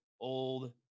old